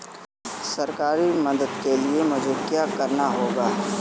सरकारी मदद के लिए मुझे क्या करना होगा?